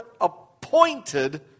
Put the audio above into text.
appointed